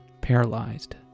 paralyzed